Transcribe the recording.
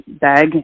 bag